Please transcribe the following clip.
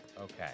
Okay